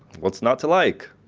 what's not to like?